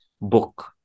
book